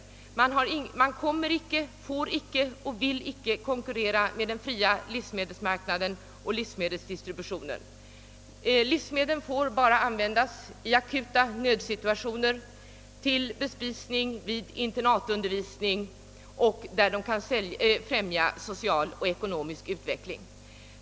Organisationen kommer icke att konkurrera, får icke konkurrera och vill icke konkurrera med den fria livsmedelsmarknaden och livsmedelsdistributionen. — Livsmedlen får bara användas i akuta nödsituationer, till bespisning vid internatundervisning och där de främjar social och ekonomisk utveckling.